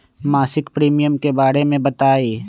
मासिक प्रीमियम के बारे मे बताई?